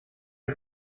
ihr